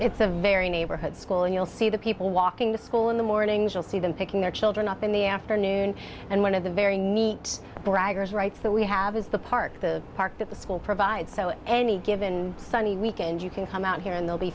it's a very neighborhood school and you'll see the people walking to school in the mornings you'll see them picking their children up in the afternoon and one of the very neat braggers rights that we have is the park the park that the school provides so any given sunday weekend you can come out here and they'll be